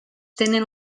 tenen